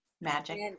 Magic